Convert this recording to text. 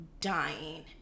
dying